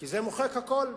כי זה מוחק הכול.